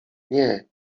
nie